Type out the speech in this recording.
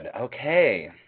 Okay